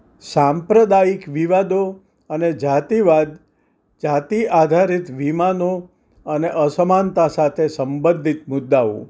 સાંપ્રદાઈક વિવાદો અને જાતિવાદ જાતિ આધારિત વિમાનો અને અસમાનતા સાથે સંબંધિત મુદ્દાઓ